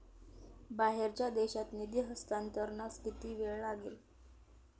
बाहेरच्या देशात निधी हस्तांतरणास किती वेळ लागेल?